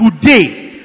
today